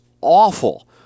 awful